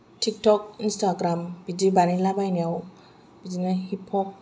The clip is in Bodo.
थिक थक इनस्टाग्राम बिदि बानायलाबायनायाव बिदिनो हिप हप